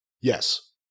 Yes